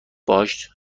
باهاش